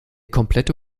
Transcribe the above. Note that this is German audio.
komplette